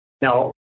Now